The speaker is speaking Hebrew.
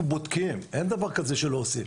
אנחנו בודקים, אין דבר כזה שלא עושים.